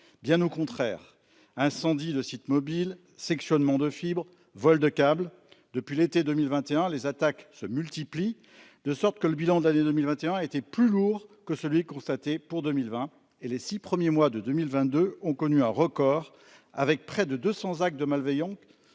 bien au contraire. Incendies de sites mobiles, sectionnements de fibres, vols de câbles ... Depuis l'été 2021, les attaques se multiplient, de sorte que le bilan de l'année 2021 a été plus lourd que celui constaté en 2020 et les six premiers mois de 2022 ont connu un record avec près de deux cents actes de malveillance